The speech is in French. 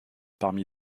parmi